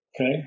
Okay